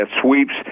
sweeps